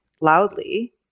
loudly